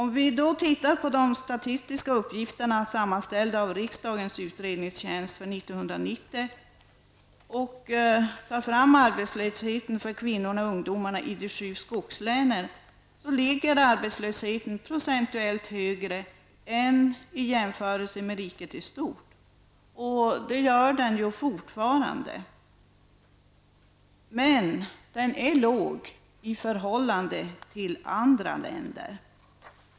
I de statistiska uppgifterna för 1990, sammanställda av riksdagens utredningstjänst, ligger arbetslösheten för kvinnorna och ungdomarna i de sju skogslänen procentuellt högre än arbetslösheten i riket i stort. Den ligger fortfarande högre än landets genomsnittliga arbetslöshet, men den är låg i förhållande till arbetslösheten i andra länder.